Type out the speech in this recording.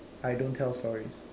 I don't tell stories